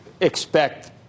expect